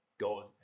God